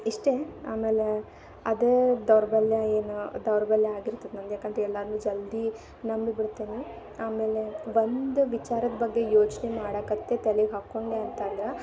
ಇಷ್ಟೇ ಆಮೇಲೆ ಅದು ದೌರ್ಬಲ್ಯ ಏನು ದೌರ್ಬಲ್ಯ ಆಗಿರ್ತದ್ ನಂದು ಯಾಕಂತ ಎಲ್ಲರ್ನೂ ಜಲ್ದೀ ನಂಬಿ ಬಿಡ್ತೇನೆ ಆಮೇಲೆ ಒಂದು ವಿಚಾರದ ಬಗ್ಗೆ ಯೋಚನೆ ಮಾಡಕತ್ತೆ ತಲಿಗೆ ಹಾಕ್ಕೊಂಡೆ ಅಂತಂದ್ರೆ